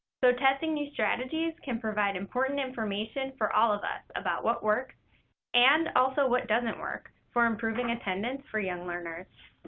so testing new strategies can provide important information for all of us about what works and also what doesn't work for improving attendance for young learners.